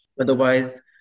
otherwise